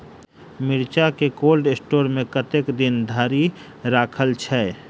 मिर्चा केँ cold store मे कतेक दिन धरि राखल छैय?